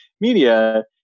media